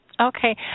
Okay